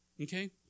Okay